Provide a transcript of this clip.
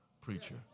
preacher